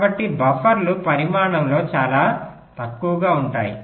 కాబట్టి బఫర్లు పరిమాణంలో చాలా తక్కువగా ఉంటాయి